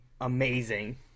amazing